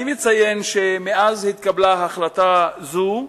אני מציין שמאז התקבלה החלטה זו,